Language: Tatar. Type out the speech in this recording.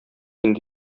инде